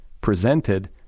presented